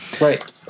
Right